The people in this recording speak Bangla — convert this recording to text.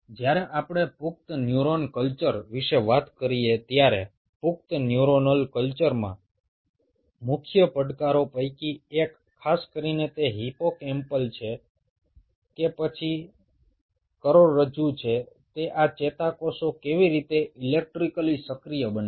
যখন আমরা অ্যাডাল্ট নিউরন কালচার নিয়ে আলোচনা করছি তখন গুরুত্বপূর্ণ চ্যালেঞ্জটি হলো এই অ্যাডাল্ট নিউরণাল কালচার বিশেষ করে সেটি যদি হিপোক্যাম্পাস বা স্পাইনাল কর্ড থেকে সংগৃহীত হয় তাহলে কীভাবে এই নিউরনগুলো ইলেকট্রিকালি সক্রিয় হয়ে উঠছে